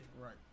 Right